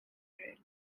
railway